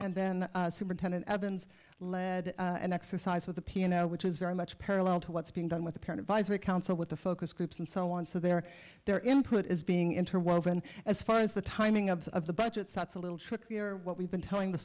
and then superintendent evans lead an exercise with the piano which is very much parallel to what's being done with the parent visor council with the focus groups and so on so they're their input is being interwoven as far as the timing of of the budget so it's a little trickier what we've been telling the